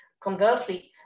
Conversely